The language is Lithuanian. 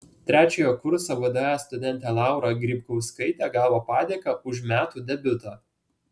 trečiojo kurso vda studentė laura grybkauskaitė gavo padėką už metų debiutą